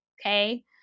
okay